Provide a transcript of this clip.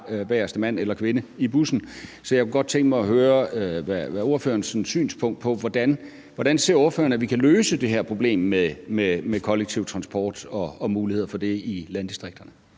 bagerste mand eller kvinde i bussen. Så jeg kunne godt tænke mig at høre ordførerens synspunkt på, hvordan vi kan løse det her problem med kollektiv transport, og muligheder for det i landdistrikterne.